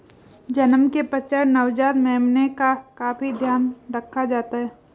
जन्म के पश्चात नवजात मेमने का काफी ध्यान रखा जाता है